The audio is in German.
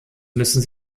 müssen